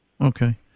Okay